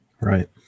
Right